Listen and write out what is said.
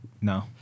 No